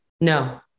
No